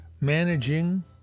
managing